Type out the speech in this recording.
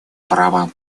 права